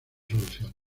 soluciones